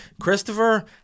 Christopher